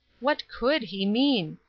what could he mean?